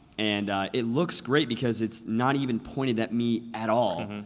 and it looks great, because it's not even pointed at me at all.